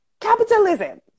Capitalism